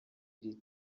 iri